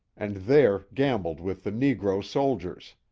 and there gambled with the negro soldiers.